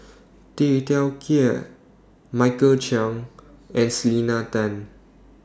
Tay Teow Kiat Michael Chiang and Selena Tan